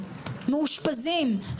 מאושפזים,